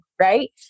right